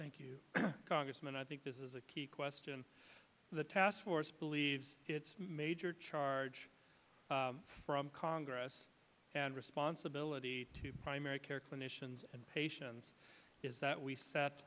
thank you congressman i think this is a key question the task force believes it's a major charge from congress and responsibility to primary care clinicians and patients is that we set